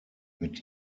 mit